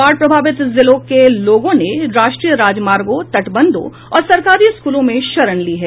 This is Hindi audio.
बाढ़ प्रभावित जिले के लोगों ने राष्ट्रीय राजमार्गों तटबंधों और सरकारी स्कूलों में शरण ली है